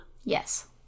Yes